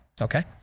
Okay